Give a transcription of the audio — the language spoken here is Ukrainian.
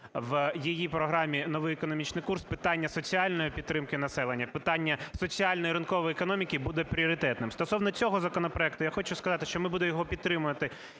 в її програмі "Новий економічний курс" питання соціальної підтримки населення, питання соціальної ринкової економіки буде пріоритетним. Стосовно цього законопроекту я хочу сказати, що ми будемо його підтримувати